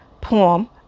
poem